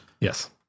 Yes